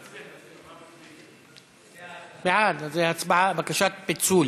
הצעת ועדת העבודה, הרווחה והבריאות בדבר פיצול